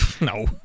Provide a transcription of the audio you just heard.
No